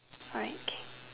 alright okay